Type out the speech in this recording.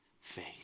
faith